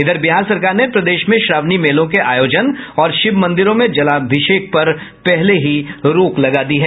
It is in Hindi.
इधर बिहार सरकार ने प्रदेश में श्रावणी मेलों के आयोजन और शिव मंदिरों में जलाभिषेक पर रोक लगा दी है